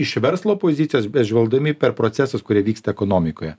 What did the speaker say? iš verslo pozicijos bet žvelgdami per procesus kurie vyksta ekonomikoje